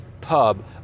pub